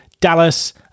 Dallas